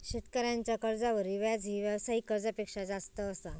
शेतकऱ्यांच्या कर्जावरील व्याजही व्यावसायिक कर्जापेक्षा जास्त असा